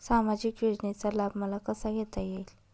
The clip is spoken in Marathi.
सामाजिक योजनेचा लाभ मला कसा घेता येईल?